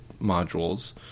modules